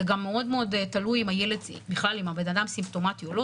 זה גם מאוד מאוד תלוי בכלל אם הבן-אדם סימפטומטי או לא,